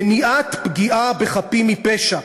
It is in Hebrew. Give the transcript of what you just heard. מניעת פגיעה בחפים מפשע,